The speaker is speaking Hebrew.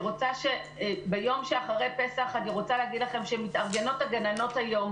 ביום שאחרי פסח מתארגנות הגננות היום